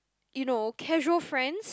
you know casual friends